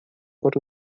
para